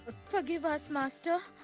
forgive us, master,